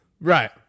right